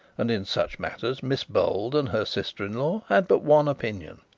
and in such matters miss bold and her sister-in-law had but one opinion.